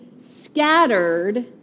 scattered